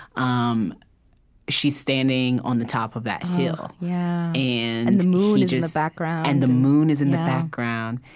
um she's standing on the top of that hill oh, yeah, and the moon is in the background and the moon is in the background.